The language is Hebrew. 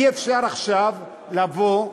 אי-אפשר לבוא עכשיו,